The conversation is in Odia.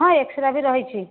ହଁ ଏକ୍ସ ରେ ବି ରହିଛି